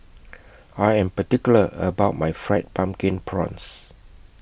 I Am particular about My Fried Pumpkin Prawns